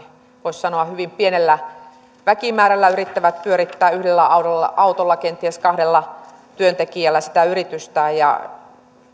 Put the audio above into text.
voisi sanoa hyvin pienellä väkimäärällä yrittävät pyörittää yhdellä autolla autolla kenties kahdella työntekijällä sitä yritystään